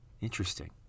Interesting